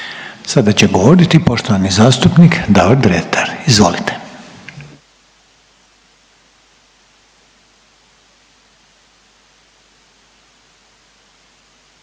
Sada će govoriti poštovani zastupnik Davor Dretar. Izvolite.